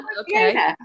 Okay